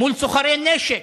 מול סוחרי נשק,